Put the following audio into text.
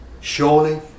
Surely